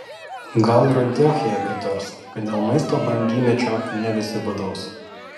gal ir antiochija pritars kad dėl maisto brangymečio ne visi badaus